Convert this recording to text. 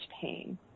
pain